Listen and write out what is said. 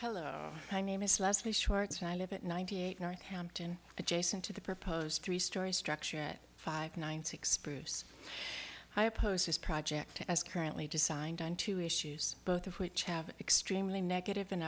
hello my name is leslie shorts and i live at ninety eight north hampton adjacent to the proposed three story structure at five nine six proves i oppose this project as currently designed on two issues both of which have extremely negative and